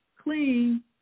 clean